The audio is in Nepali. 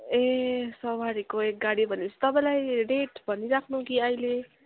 ए सवारीको एक गाडी भनेपछि तपाईँलाई रेट भनिराख्नु कि अहिले